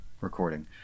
recording